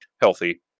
healthy